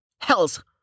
Hells